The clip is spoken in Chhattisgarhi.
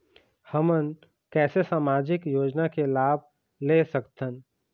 हमन कैसे सामाजिक योजना के लाभ ले सकथन?